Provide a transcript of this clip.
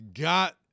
got